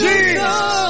Jesus